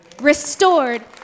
restored